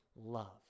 love